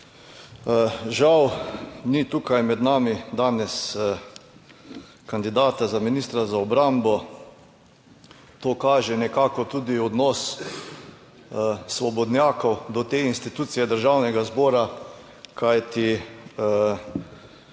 Žal ni tukaj med nami danes kandidata za ministra za obrambo. To kaže nekako tudi na odnos svobodnjakov do institucije Državnega zbora, kajti